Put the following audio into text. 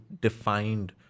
defined